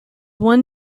one